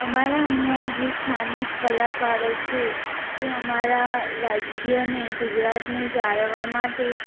અમારા અહીંયા જે સ્થાનિક કલાકારો છે તે અમારા રાજ્યને ગુજરાતને જાળવવા માટે